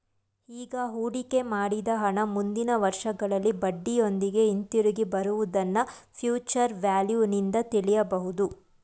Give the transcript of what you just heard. ಈಗ ಹೂಡಿಕೆ ಮಾಡಿದ ಹಣ ಮುಂದಿನ ವರ್ಷಗಳಲ್ಲಿ ಬಡ್ಡಿಯೊಂದಿಗೆ ಹಿಂದಿರುಗಿ ಬರುವುದನ್ನ ಫ್ಯೂಚರ್ ವ್ಯಾಲ್ಯೂ ನಿಂದು ತಿಳಿಯಬಹುದು